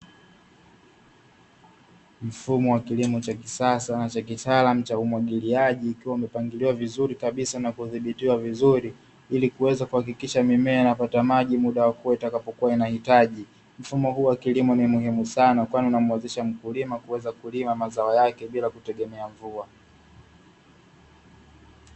Mfumo wa kilimo cha kisasa cha kitaalamu cha umwagiliaji, kikiwa kimepangiliwa vizuri kabisa na kudhibitiwa vizuri, ili kuweza kuhakikisha mimea inapata maji muda wote inapokuwa inahitaji. Mfumo huu wa kilimo ni muhimu sana, kwani unamuwezesha mkulima kuweza kulima mazao yake bila kutegemea mvua.